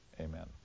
Amen